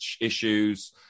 issues